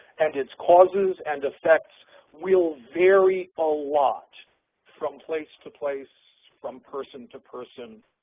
and its causes and effects will vary a lot from place to place, from person to person,